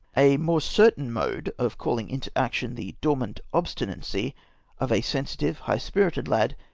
a more certain mode of cauing into action the dormant obstinacy of a sensitive, high-spirited lad,